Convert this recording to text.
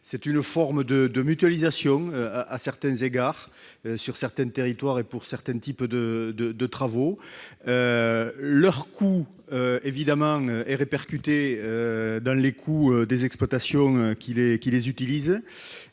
C'est une forme de mutualisation sur certains territoires et pour certains types de travaux. Leur coût, évidemment, est répercuté dans celui des exploitations qui font